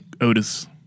Otis